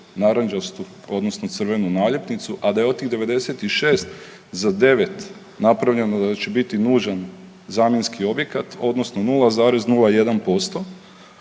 narančastu odnosno crvenu naljepnicu, a da je od tih 96 za 9 napravljeno da će biti nuđen zamjenski objekat odnosno 0,01%